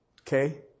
okay